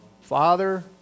Father